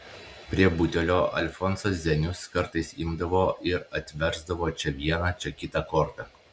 prie butelio alfonsas zienius kartais imdavo ir atversdavo čia vieną čia kitą kortą